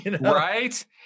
right